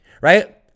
right